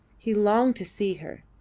he longed to see her,